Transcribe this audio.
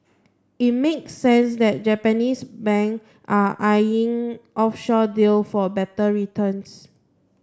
it makes sense that Japanese bank are eyeing offshore deal for better returns